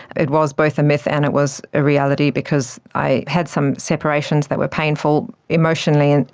it was both a myth and it was a reality because i had some separations that were painful emotionally, and